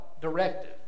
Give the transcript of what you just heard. directive